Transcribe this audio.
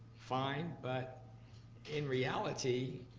fine, but in reality,